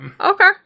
okay